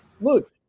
Look